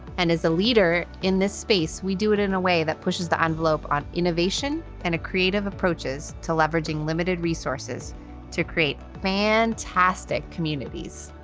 and as a leader leader in this space, we do it in a way that pushes the envelope on innovation and creative approaches to leveraging limited resources to create fantastic communities.